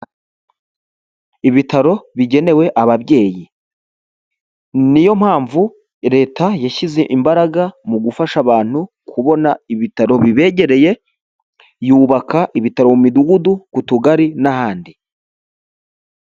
Ibitaro bigenewe ababyeyi, niyo mpamvu leta yashyize imbaraga mu gufasha abantu kubona ibitaro bibegereye, yubaka ibitaro mu midugudu, ku tugari n'ahandi.